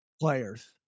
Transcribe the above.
players